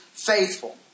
Faithful